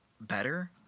better